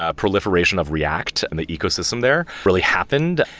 ah proliferation of react and the ecosystem there really happened.